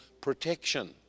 protection